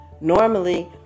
Normally